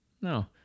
no